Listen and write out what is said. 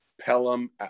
Pelham